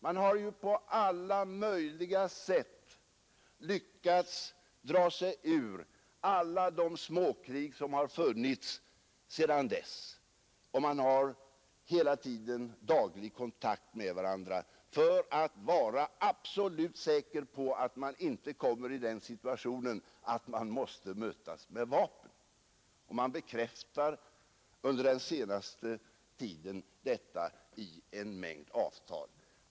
Man har ju på alla möjliga sätt lyckats dra sig ur alla de småkrig som har funnits sedan dess, och man har hela tiden daglig kontakt med varandra för att vara absolut säker på att man inte kommer i den situationen att man måste mötas med vapen. Man har under den senaste tiden bekräftat detta i en mängd avtal.